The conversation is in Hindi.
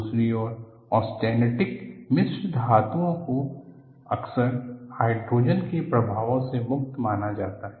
दूसरी ओर ऑस्टेनिटिक मिश्र धातुओं को अक्सर हाइड्रोजन के प्रभावों से मुक्त माना जाता है